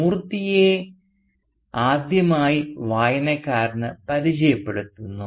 മൂർത്തിയെ ആദ്യമായി വായനക്കാരന് പരിചയപ്പെടുത്തുന്നു